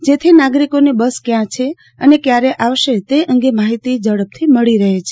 જેથી નાગરિકોને બસ ક્યાં છે અને ક્યારે આવશે તે અંગે માહિતી ઝડપથી મળી રહે છે